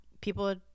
People